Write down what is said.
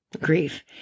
grief